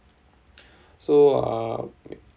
so uh